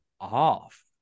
off